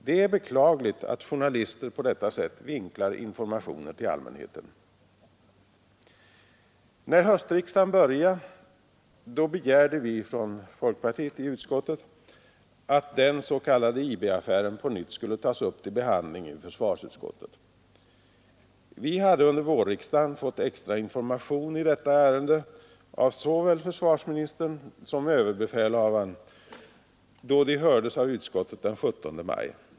Det är beklagligt att journalister på detta sätt vinklar informationer till allmänheten. När höstriksdagen började begärde vi från folkpartiet i utskottet att den s.k. IB-affären på nytt skulle tas upp till behandling i försvarsutskottet. Vi hade under vårriksdagen fått extra information i detta ärende av såväl försvarsministern som överbefälhavaren då de hördes av utskottet den 17 maj.